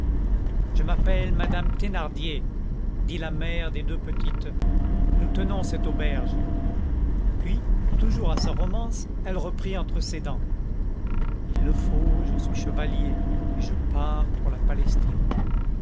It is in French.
je m'appelle madame thénardier dit la mère des deux petites nous tenons cette auberge puis toujours à sa romance elle reprit entre ses dents il le faut je suis chevalier et je pars pour la palestine